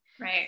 Right